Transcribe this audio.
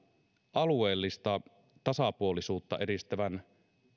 alueellista tasapuolisuutta edistävän